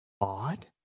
odd